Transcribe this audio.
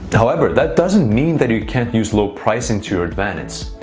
however, that doesn't mean that you can't use low pricing to your advantage.